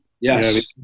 Yes